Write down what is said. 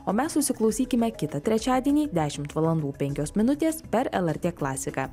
o mes susiklausykime kitą trečiadienį dešimt valandų penkios minutės per lrt klasiką